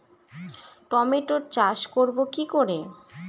টমেটোর চাষ করব কি করে?